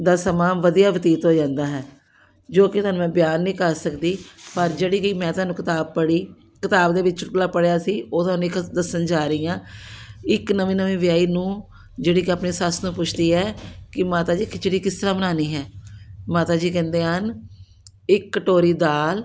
ਦਾ ਸਮਾਂ ਵਧੀਆ ਬਤੀਤ ਹੋ ਜਾਂਦਾ ਹੈ ਜੋ ਕਿ ਤੁਹਾਨੂੰ ਮੈਂ ਬਿਆਨ ਨਹੀਂ ਕਰ ਸਕਦੀ ਪਰ ਜਿਹੜੀ ਮੈਂ ਤੁਹਾਨੂੰ ਕਿਤਾਬ ਪੜ੍ਹੀ ਕਿਤਾਬ ਦੇ ਵਿੱਚ ਚੁਟਕਲਾ ਪੜ੍ਹਿਆ ਸੀ ਉਹ ਤੁਹਾਨੂੰ ਇੱਕ ਦੱਸਣ ਜਾ ਰਹੀ ਹਾਂ ਇੱਕ ਨਵੀਂ ਨਵੀਂ ਵਿਆਹੀ ਨੂੰ ਜਿਹੜੀ ਕਿ ਆਪਣੀ ਸੱਸ ਨੂੰ ਪੁੱਛਦੀ ਹੈ ਕਿ ਮਾਤਾ ਜੀ ਖਿਚੜੀ ਕਿਸ ਤਰ੍ਹਾਂ ਬਣਾਉਣੀ ਹੈ ਮਾਤਾ ਜੀ ਕਹਿੰਦੇ ਹਨ ਇੱਕ ਕਟੋਰੀ ਦਾਲ